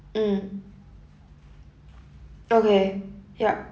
mm okay yup